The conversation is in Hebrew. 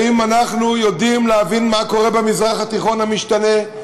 האם אנחנו יודעים להבין מה קורה במזרח התיכון המשתנה,